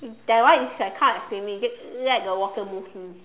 that one is a kind of swimming just let the water move me